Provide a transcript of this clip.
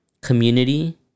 community